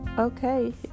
okay